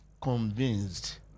convinced